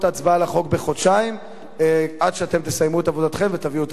על החוק בחודשיים עד שתסיימו את עבודתכם ותביאו אותה לכנסת.